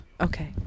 Okay